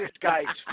guy's